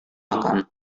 makan